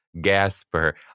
Gasper